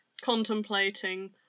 contemplating